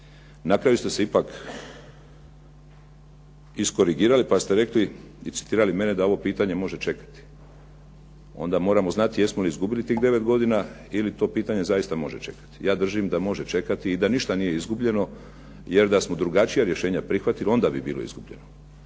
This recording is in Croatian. Na kraju ste se ipak iskorigirali, pa ste rekli i citirali mene, da ovo pitanje može čekati. Onda moramo znati jesmo li izgubili tih 9 godina ili to pitanje zaista može čekati. Ja držim da može čekati i da ništa nije izgubljeno. Jer da smo drugačija rješenja prihvatili, onda bi bilo izgubljeno.